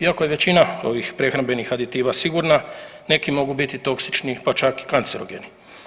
Iako je većina ovih prehrambenih aditiva sigurna neki mogu biti toksični pa čak i kancerogeni.